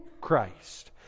Christ